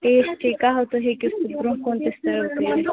tasty قٔہوٕ تُہۍ ہٮ۪کِو سُہ برٛونٛہہ کُن تہٕ سٔرو کٔرِتھ